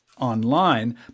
online